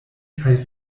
kaj